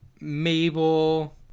Mabel